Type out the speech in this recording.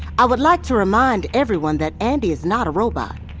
i would like to remind everyone that andi is not a robot.